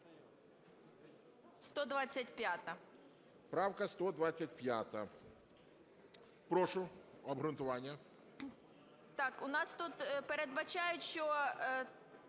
125. Прошу, обґрунтування.